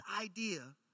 idea